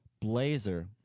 blazer